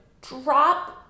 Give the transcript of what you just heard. drop